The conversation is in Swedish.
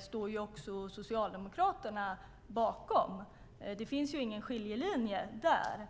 står också Socialdemokraterna bakom. Det finns ingen skiljelinje där.